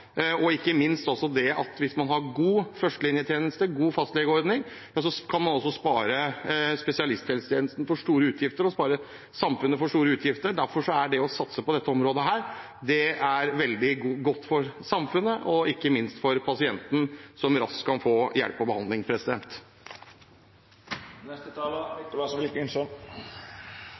Og ikke minst: Hvis man har en god førstelinjetjeneste, en god fastlegeordning, kan man også spare spesialisthelsetjenesten og samfunnet for store utgifter. Derfor er det å satse på dette området veldig godt for samfunnet – og ikke minst for pasienten, som kan få hjelp og behandling